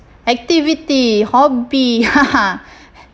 activity hobby ha ha